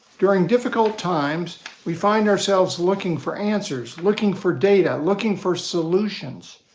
during difficult times we find ourselves looking for answers, looking for data, looking for solutions.